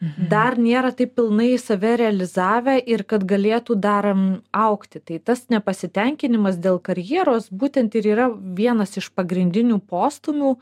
dar nėra taip pilnai save realizavę ir kad galėtų dar augti tai tas nepasitenkinimas dėl karjeros būtent ir yra vienas iš pagrindinių postūmių